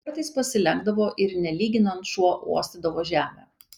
kartais pasilenkdavo ir nelyginant šuo uostydavo žemę